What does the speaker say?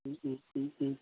ও ও ও ও